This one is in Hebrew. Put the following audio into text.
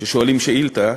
כששואלים שאילתה.